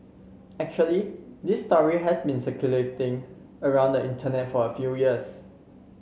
actually this story has been circulating around the Internet for a few years